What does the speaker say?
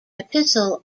epistle